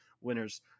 winners